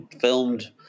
filmed